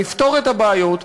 נפתור את הבעיות,